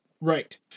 Right